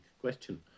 question